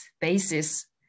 basis